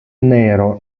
nero